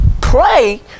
pray